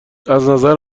ازنظر